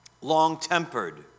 long-tempered